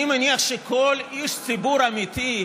אני מניח שכל איש ציבור אמיתי,